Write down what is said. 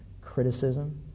criticism